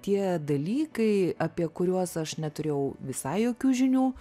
tie dalykai apie kuriuos aš neturėjau visai jokių žinių